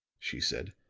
she said.